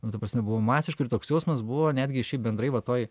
nu ta prasme buvo masiškai toks jausmas buvo netgi šiaip bendrai va toj